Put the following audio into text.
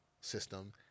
system